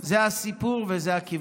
זה הסיפור וזה הכיוון.